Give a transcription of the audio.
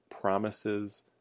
promises